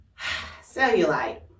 cellulite